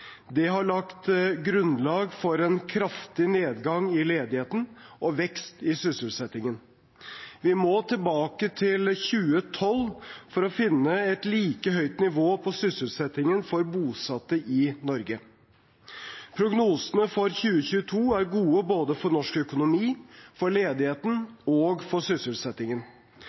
Det har lagt grunnlag for en kraftig nedgang i ledigheten og vekst i sysselsettingen. Vi må tilbake til 2012 for å finne et like høyt nivå på sysselsettingen for bosatte i Norge. Prognosene for 2022 er gode både for norsk økonomi, for ledigheten og for sysselsettingen.